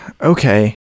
okay